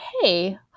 hey